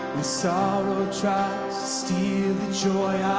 so steve, enjoy